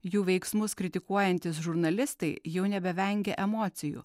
jų veiksmus kritikuojantys žurnalistai jau nebevengia emocijų